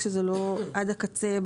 כשהספרינקלרים לא מחוברים עד הקצה.